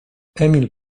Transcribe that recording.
emil